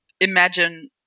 imagine